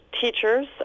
teachers